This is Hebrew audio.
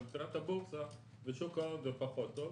אבל מבחינת הבורסה ושוק ההון זה פחות טוב.